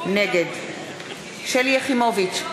נגד שלי יחימוביץ,